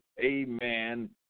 amen